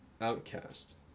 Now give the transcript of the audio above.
outcast